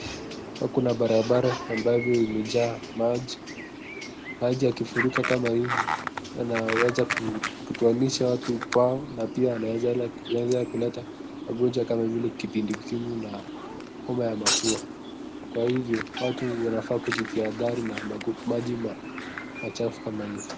Hapa kuna barabara ambavyo imejaa maji. Maji yakifurika kama hili yanaweza kutoanisha watu kwao na pia wanaeza kuleta magonjwa kama vile kipindupindu na homa ya mafua. Kwa hivyo watu wanafaa kujiadhari na maji machafu kama hivi.